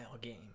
game